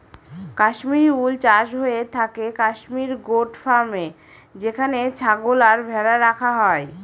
কাশ্মিরী উল চাষ হয়ে থাকে কাশ্মির গোট ফার্মে যেখানে ছাগল আর ভেড়া রাখা হয়